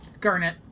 Garnet